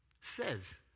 says